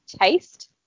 taste